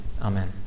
Amen